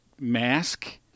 mask